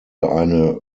eine